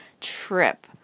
trip